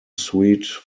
suit